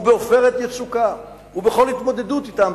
ב"עופרת יצוקה" ובכל התמודדות אתם.